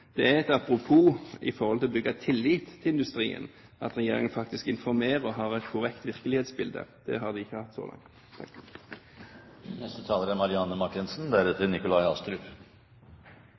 miljøkomiteen. Men et apropos i forhold til å bygge tillit til industrien er det at regjeringen faktisk informerer og har et korrekt virkelighetsbilde – det har de ikke hatt så langt. La meg få starte med å si at det i og for seg er